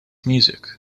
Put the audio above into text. music